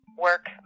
work